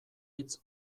hitz